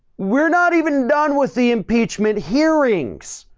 we're not even done with the impeachment hearings.